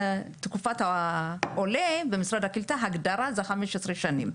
תקופת העולה במשרד הקליטה זה 15 שנים.